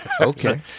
Okay